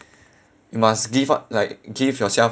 you must give up like give yourself